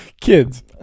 kids